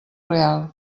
real